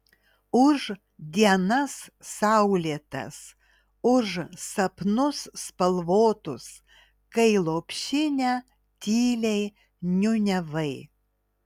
už dienas saulėtas už sapnus spalvotus kai lopšinę tyliai niūniavai